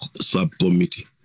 subcommittee